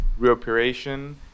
reoperation